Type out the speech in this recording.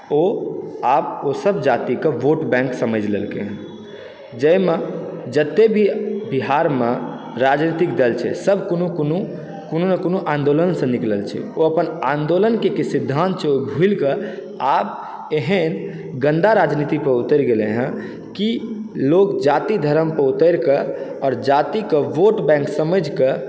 ओ आब ओ सब जातिक वोट बैङ्क समझि लेलकै हँ जाहिमे जते भी बिहारमे राजनितिक दल छै सब कोनो कोनो कोनो ने कोनो आन्दोलनसँ निकलल छै ओ अपन आन्दोलनके की सिद्धान्त छै ओ भूलि कऽ आब एहन गन्दा राजनीतिपर उतरि गेलैहन जाति धरमपर उतरि कऽ आओर जातिके वोट बैङ्क समझि कऽ